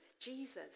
Jesus